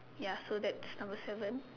ya so that's number seven